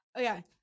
Okay